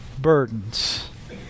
burdens